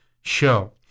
show